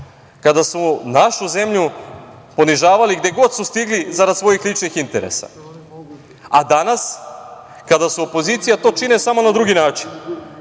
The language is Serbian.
kada su našu zemlju ponižavali gde god su stigli, zarad svojih ličnih interesa, a danas kada su opozicija, to čine na drugi način.